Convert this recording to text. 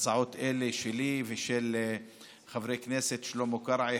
הצעות אלה שלי ושל חברי הכנסת שלמה קרעי,